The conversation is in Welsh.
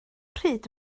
pryd